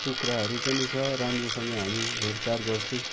कुखुराहरू पनि छ राम्रोसँग हामी हेरचाह गर्छौँ